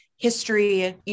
History